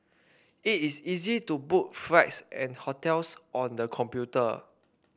it is easy to book flights and hotels on the computer